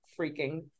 freaking